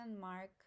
mark